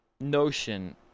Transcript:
notion